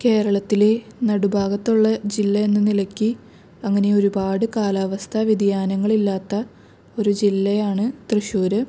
കേരളത്തില് നടുഭാഗത്തുള്ള ജില്ലയെന്ന നിലയ്ക്ക് അങ്ങനെയൊരുപാട് കാലാവസ്ഥ വ്യതിയാനങ്ങളില്ലാത്ത ഒരു ജില്ലയാണ് തൃശ്ശൂര്